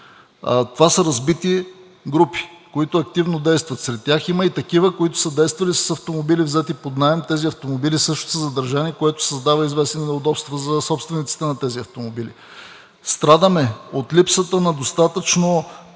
Това са разбити групи, които активно действат. Сред тях има и такива, които са действали и с автомобили, взети под наем. Тези автомобили също са задържани, което създава известни неудобства за собствениците на тези автомобили. Страдаме от липсата на достатъчно